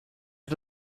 hat